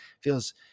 Feels